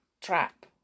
trap